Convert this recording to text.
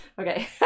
okay